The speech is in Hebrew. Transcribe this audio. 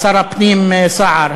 של שר הפנים סער,